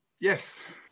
Yes